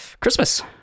Christmas